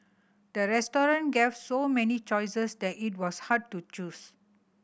the restaurant gave so many choices that it was hard to choose